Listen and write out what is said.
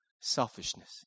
selfishness